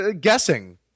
guessing